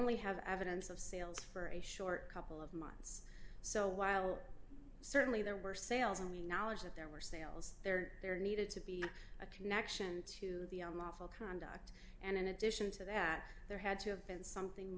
only have evidence of sales for a short couple of so while certainly there were sales and we knowledge that there were sales there there needed to be a connection to the unlawful conduct and in addition to that there had to have been something